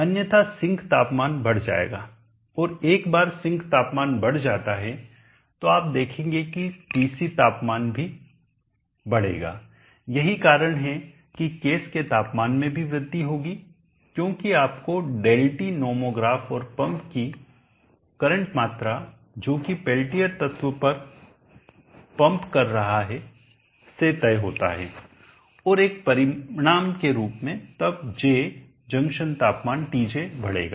अन्यथा सिंक तापमान बढ़ जाएगा और एक बार सिंक तापमान बढ़ जाता है तो आप देखेंगे कि TC तापमान भी बढ़ेगा यही कारण है कि केस के तापमान में भी वृद्धि होगी क्योंकि आपका ΔT नॉमोग्राफ और पंप की करंट मात्रा जो कि पेल्टियर तत्व पंप कर रहा है से तय होता है और एक परिणाम के रूप में तब J जंक्शन तापमान TJ बढ़ेगा